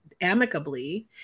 amicably